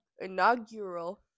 inaugural